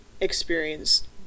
experience